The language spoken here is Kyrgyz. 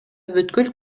бүткүл